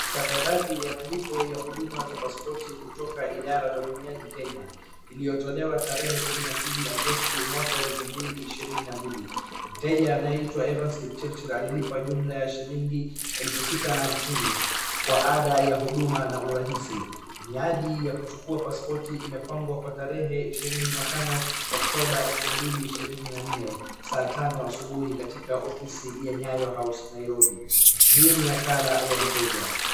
Stakabadhi ya malipo ya huduma za pasipoti kutoka Idara ya Uhamiaji Kenya, iliyotolewa tarehe kumi na mbili Agosti, mwaka wa elfu mbili ishirini na mbili. Mteja anayeitwa Evans Kipchirchir alilipa jumla ya shilingi elfu sita na hamsini kwa ada ya huduma na urahisi. Miadi ya kuchukua pasipoti imepangwa kwa tarehe ishirini na tano Oktoba, elfu mbili ishirini na nne, saa tano asubuhi katika ofisi ya Nyayo House , Nairobi. Hii ni nakala ya mteja.